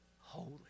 holy